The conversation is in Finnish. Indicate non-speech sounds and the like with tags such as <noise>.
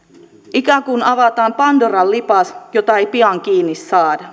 ikään kuin avataan pandoran lipas jota ei pian kiinni saada <unintelligible>